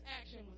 action